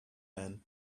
men